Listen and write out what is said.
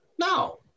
No